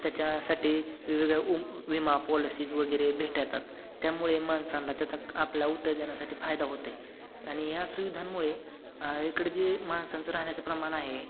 त्याच्यासाठी वेगवेगळ्या उ विमा पॉलिसीज वगैरे भेटतात त्यामुळे माणसांना त्याचा आपला उत्तेजनासाठी फायदा होते आणि या सुविधांमुळे इकडे जे माणसांचं राहण्याचं प्रमाण आहे